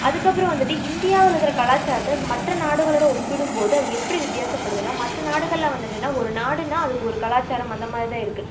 அதுக்கப்புறம் வந்துவிட்டு இந்தியாவில் இருக்கிற கலாச்சாரத்தை மற்ற நாடுகளோட ஒப்பிடும் போது அது எப்படி வித்தியாசப்படுதுனா மற்ற நாடுகளில் வந்துட்டுனா ஒரு நாடுனா அதுக்கு ஒரு கலாச்சாரம் அந்தமாதிரி தான் இருக்கு